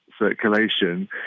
circulation